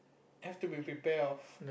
have to be prepare of